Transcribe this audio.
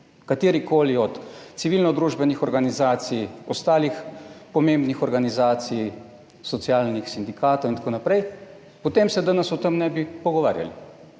katerikoli od civilno-družbenih organizacij, ostalih pomembnih organizacij, socialnih sindikatov, itn., potem se danes o tem ne bi pogovarjali,